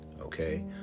okay